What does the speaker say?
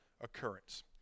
occurrence